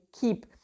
keep